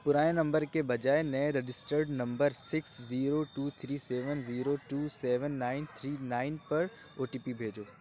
پرانے نمبر کے بجائے نئے registered number six zero two three seven zero two seven nine three nine پر او ٹی پی بھیجو